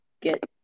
get